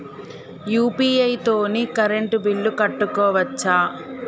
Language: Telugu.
యూ.పీ.ఐ తోని కరెంట్ బిల్ కట్టుకోవచ్ఛా?